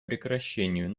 прекращению